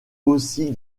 aussi